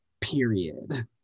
Period